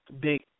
big